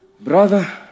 Brother